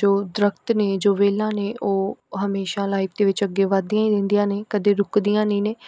ਜੋ ਦਰੱਖਤ ਨੇ ਜੋ ਵੇਲਾਂ ਨੇ ਉਹ ਹਮੇਸ਼ਾ ਲਾਈਫ ਦੇ ਵਿੱਚ ਅੱਗੇ ਵੱਧਦੀਆਂ ਹੀ ਰਹਿੰਦੀਆਂ ਨੇ ਕਦੇ ਰੁਕਦੀਆਂ ਨਹੀਂ ਨੇ